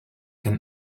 can